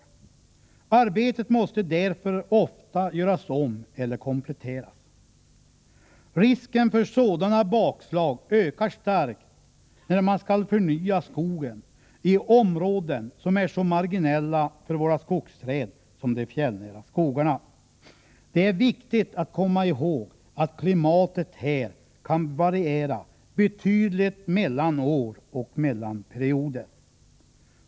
Arbetet måste därför ofta göras om eller kompletteras. Risken för sådana bakslag ökar starkt när man skall förnya skogen i områden som är så marginella för våra skogsträd som de fjällnära skogarna. Det är viktigt att komma ihåg att klimatet här kan variera betydligt mellan år och mellan perioder.